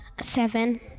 Seven